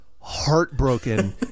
heartbroken